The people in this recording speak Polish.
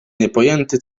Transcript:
niepojęty